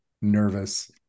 nervous